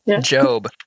Job